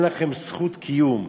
אין לכם זכות קיום.